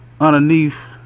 underneath